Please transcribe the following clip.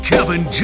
Kevin